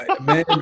man